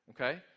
okay